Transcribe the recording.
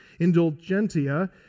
indulgentia